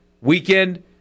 weekend